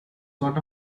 sort